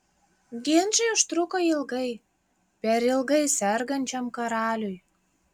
ginčai užtruko ilgai per ilgai sergančiam karaliui